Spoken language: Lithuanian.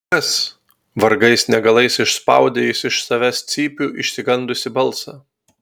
kas vargais negalais išspaudė jis iš savęs cypių išsigandusį balsą